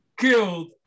killed